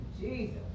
Jesus